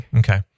okay